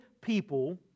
people